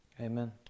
Amen